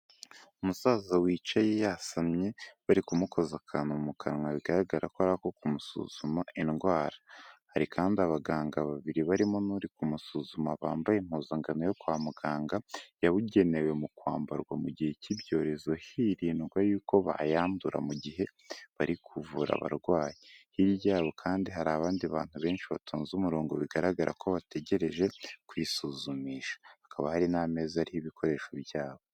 Umusaza wicaye yasamye, bari kumukoza akantu mu kanwa bigaragara ko ariko kumusuzuma indwara. Hari kandi abaganga babiri barimo n'uri kumusuzuma bambaye impuzangano yo kwa muganga, yabugenewe mu kwambarwa mu gihe cy'ibyorezo hirindwa yuko bayandura mu gihe bari kuvura abarwayi. Hirya yabo kandi hari abandi bantu benshi batonze umurongo, bigaragara ko bategereje kwisuzumisha. Hakaba hari n'ameza ariho ibikoresho byabo.